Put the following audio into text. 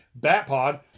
Batpod